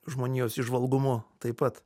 žmonijos įžvalgumu taip pat